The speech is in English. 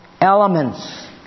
elements